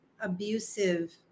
abusive